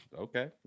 okay